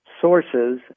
sources